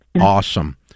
awesome